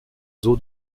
zoo